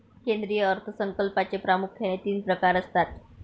केंद्रीय अर्थ संकल्पाचे प्रामुख्याने तीन प्रकार असतात